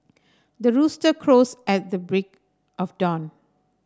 the rooster crows at the break of dawn